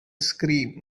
scream